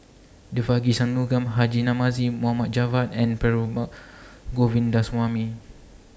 Devagi Sanmugam Haji Namazie Mohd Javad and Perumal Govindaswamy